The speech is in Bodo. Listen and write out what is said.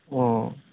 अ